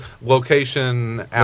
location